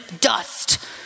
dust